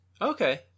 okay